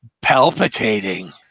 palpitating